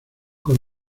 con